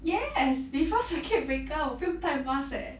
yes before circuit breaker 我不用戴 mask eh